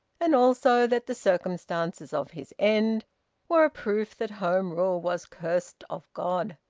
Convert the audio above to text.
and also that the circumstances of his end were a proof that home rule was cursed of god.